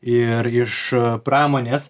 ir iš pramonės